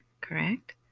correct